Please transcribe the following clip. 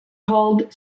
called